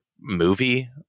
movie